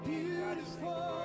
Beautiful